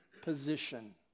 position